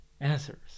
answers